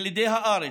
ילידי הארץ,